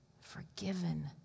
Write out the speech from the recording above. forgiven